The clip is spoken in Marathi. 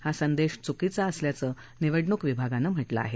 हा संदेश चुकीचा असल्याचं निवडणूक विभागानं म्हटलं आहे